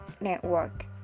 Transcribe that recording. network